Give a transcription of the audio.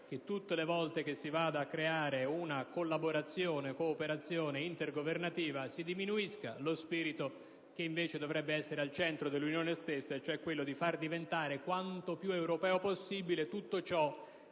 che tutte le volte che si va a creare una cooperazione intergovernativa si diminuisca lo spirito che invece dovrebbe essere al centro dell'Unione stessa, cioè quello di far diventare quanto più europeo possibile tutto ciò